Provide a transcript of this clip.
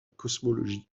cosmologie